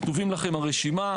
כתובה לכם הרשימה,